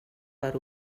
per